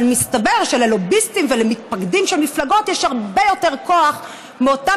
אבל מסתבר שללוביסטים ולמתפקדים של מפלגות יש הרבה יותר כוח מאותם